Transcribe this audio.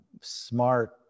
Smart